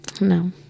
No